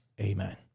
amen